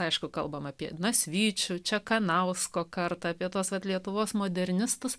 aišku kalbame apie nasvyčių čekanausko kartą apie tuos vat lietuvos modernistus